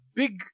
big